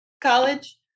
college